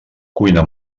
cuina